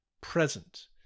present